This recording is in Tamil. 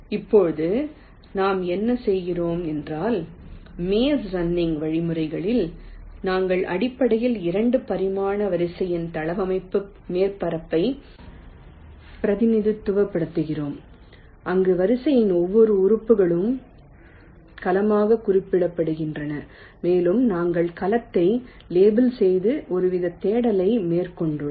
இப்போது நாம் என்ன செய்கிறோம் என்றால் மேஸ் ரன்னிங் வழிமுறைகளில் நாங்கள் அடிப்படையில் 2 பரிமாண வரிசையின் தளவமைப்பு மேற்பரப்பை பிரதிநிதித்துவப்படுத்துகிறோம் அங்கு வரிசையின் ஒவ்வொரு உறுப்புகளும் கலமாக குறிப்பிடப்படுகின்றன மேலும் நாங்கள் கலத்தை லேபிள் செய்து ஒருவித தேடலை மேற்கொண்டோம்